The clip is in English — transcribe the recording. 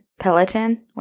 Peloton